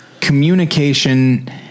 communication